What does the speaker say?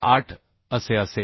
8 असे असेल